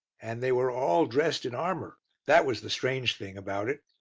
and they were all dressed in armour that was the strange thing about it.